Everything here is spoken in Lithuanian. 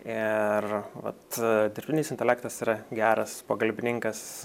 ir vat dirbtinis intelektas yra geras pagalbininkas